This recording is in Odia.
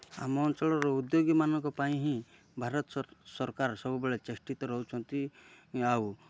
ଆମ ଅଞ୍ଚଳର ଉଦ୍ୟୋଗୀମାନଙ୍କ ପାଇଁ ହିଁ ଭାରତ ସରକାର ସବୁବେଳେ ଚେଷ୍ଟିତ ରହୁଛନ୍ତି ଆଉ